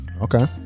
Okay